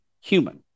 human